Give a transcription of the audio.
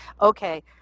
Okay